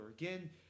again